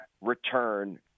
return